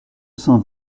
cent